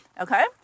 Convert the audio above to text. Okay